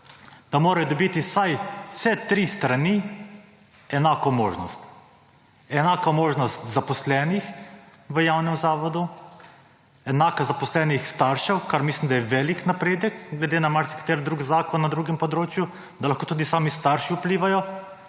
Tam mora dobiti vse tri strani enako možnost. Enaka možnost zaposlenih v javnem zavodu, enaka zaposlenih staršev, ker mislim, da je velik napredek, glede na marsikateri drugi zakon na drugem področju, da lahko tudi sami starši vplivajo,